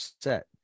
set